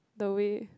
the way